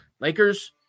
Lakers